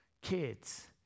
kids